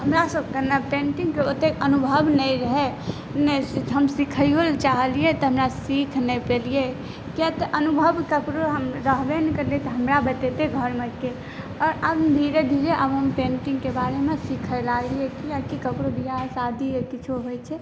हमरासभके ने पेंटिंगक ओतेक अनुभव नहि रहय नहि सीख हम सीख़यो लऽ चाहलियै तऽ हमरा सीख नहि पेलियै किया तऽ अनुभव कखनो रहबे नहि करलै तऽ हमरा बतेतै घरमे के आओर हम धीरे धीरे आब हम पैंटिंगके बारेमे सीख़य लागलियै कियाकि केकरो विवाह शादी किछो होइ छै